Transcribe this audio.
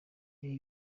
ibi